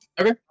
Okay